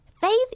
Faith